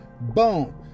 boom